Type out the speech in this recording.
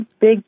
big